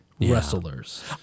wrestlers